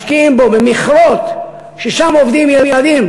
משקיעים אותו במכרות ששם עובדים ילדים